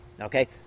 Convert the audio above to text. Okay